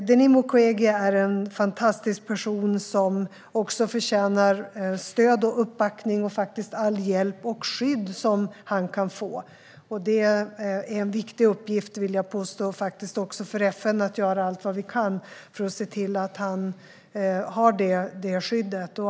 Denis Mukwege är en fantastisk person som förtjänar stöd och uppbackning och all hjälp och allt skydd som han kan få. Jag vill påstå att det är en viktig uppgift för FN att göra allt vi kan för att se till att han har detta skydd.